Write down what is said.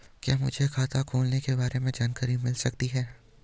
क्या मुझे खाते खोलने के बारे में जानकारी मिल सकती है?